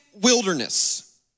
wilderness